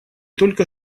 только